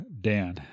Dan